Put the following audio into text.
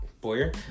Boyer